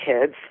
kids